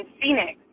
Phoenix